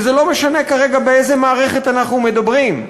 וזה לא משנה כרגע באיזו מערכת אנחנו מדברים,